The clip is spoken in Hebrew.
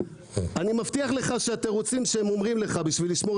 אני מבטיח לך שהתירוצים שהם אומרים לך כדי לשמור